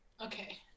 Okay